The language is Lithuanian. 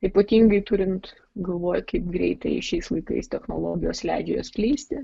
ypatingai turint galvoj kaip greitai šiais laikais technologijos leidžia jas atskleisti